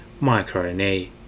microRNA